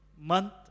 month